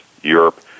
Europe